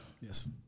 Yes